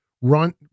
run